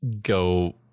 go